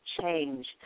change